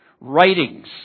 writings